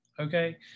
Okay